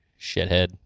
shithead